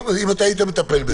אם אתה היית מטפל בזה.